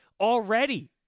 already